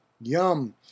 Yum